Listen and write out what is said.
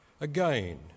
Again